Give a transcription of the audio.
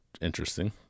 interesting